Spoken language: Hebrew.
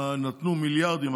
נתנו מיליארדים,